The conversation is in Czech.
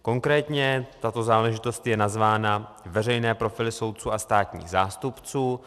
Konkrétně tato záležitost je nazvána veřejné profily soudců a státních zástupců.